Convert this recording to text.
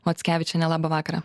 mackevičienė labą vakarą